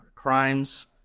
crimes